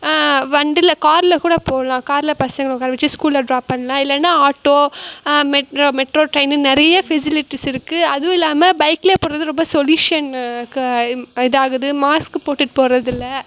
வண்டியில காரில் கூட போகலாம் காரில் பசங்களை உட்கார வச்சு ஸ்கூலில் ட்ராப் பண்ணலாம் இல்லைன்னா ஆட்டோ மெட் மெட்ரோ ட்ரெயினுன்னு நிறைய ஃபெசிலிட்டிஸ் இருக்குது அதுவும் இல்லாமல் பைக்கிலே போவது ரொம்ப சொல்யூஷனுக்கு இதாகுது மாஸ்க்கு போட்டுகிட்டு போவதில்ல